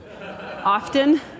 often